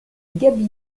gaby